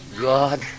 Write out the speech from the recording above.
God